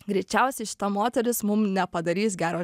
greičiausiai šita moteris mum nepadarys gero